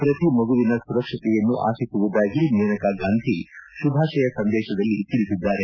ಪ್ರತಿ ಮಗುವಿನ ಸುರಕ್ಷತೆಯನ್ನು ಆಶಿಸುವುದಾಗಿ ಮೇನಕಾಗಾಂಧಿ ಶುಭಾಶಯ ಸಂದೇಶದಲ್ಲಿ ತಿಳಿಸಿದ್ದಾರೆ